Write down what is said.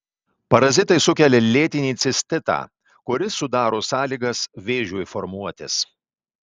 parazitai sukelia lėtinį cistitą kuris sudaro sąlygas vėžiui formuotis